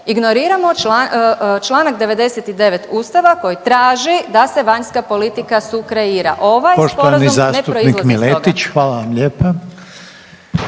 ignoriramo čl. 99 Ustava koji traži da se vanjska politika sukreira. Ovaj Sporazum .../Upadica: